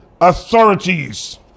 authorities